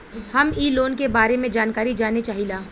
हम इ लोन के बारे मे जानकारी जाने चाहीला?